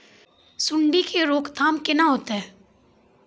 सुंडी के रोकथाम केना होतै?